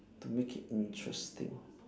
to make it interesting